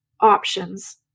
options